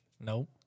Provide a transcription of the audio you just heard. Nope